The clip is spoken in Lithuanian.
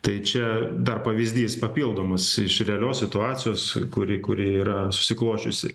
tai čia dar pavyzdys papildomas iš realios situacijos kuri kuri yra susiklosčiusi